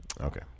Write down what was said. Okay